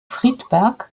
friedberg